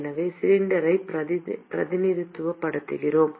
எனவே சிலிண்டரைப் பிரதிநிதித்துவப்படுத்துவோம்